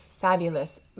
fabulous